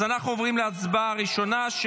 אז אנחנו עוברים להצבעה הראשונה,